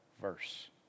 verse